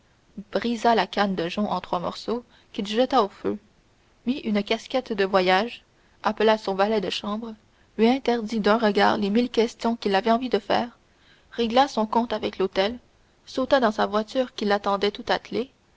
brisa la canne de jonc en trois morceaux qu'il jeta au feu mit une casquette de voyage appela son valet de chambre lui interdit d'un regard les mille questions qu'il avait envie de faire régla son compte avec l'hôtel sauta dans sa voiture qui l'attendait tout attelée